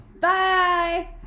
Bye